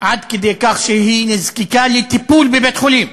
עד כדי כך שהיא נזקקה לטיפול בבית-חולים.